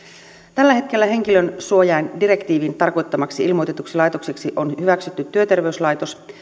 tällä hetkellä henkilönsuojaindirektiivin tarkoittamaksi ilmoitetuksi laitokseksi on hyväksytty työterveyslaitos